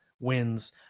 wins